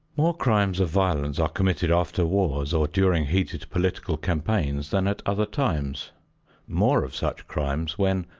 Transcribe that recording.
more crimes of violence are committed after wars or during heated political campaigns than at other times more of such crimes when,